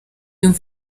nyuma